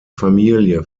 familie